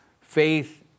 Faith